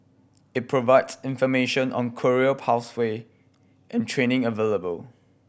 it provides information on career pathway and training available